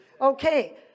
Okay